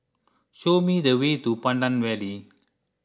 show me the way to Pandan Valley